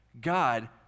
God